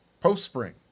Post-spring